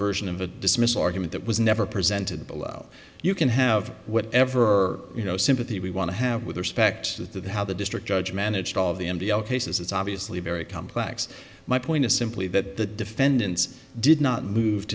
version of a dismissal argument that was never presented below you can have whatever you know sympathy we want to have with respect to how the district judge managed all of the n b a all cases it's obviously very complex my point is simply that the defendants did not move